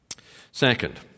Second